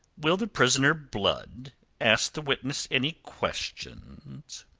will the prisoner blood ask the witness any questions?